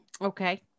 Okay